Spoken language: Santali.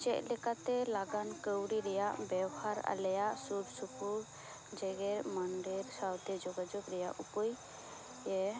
ᱪᱮᱫ ᱞᱮᱠᱟ ᱛᱮ ᱞᱟᱜᱟᱱ ᱠᱟ ᱣᱰᱤ ᱨᱮᱭᱟᱜ ᱵᱮᱣᱦᱟᱨ ᱟᱞᱮᱭᱟᱜ ᱥᱩᱨ ᱥᱩᱯᱩᱨ ᱡᱮᱜᱮᱛ ᱢᱟᱰᱮᱹᱨ ᱥᱟᱶᱛᱮ ᱡᱚᱜᱟᱡᱳᱜᱽ ᱨᱮᱭᱟᱜ ᱩᱯᱟᱹᱭᱮ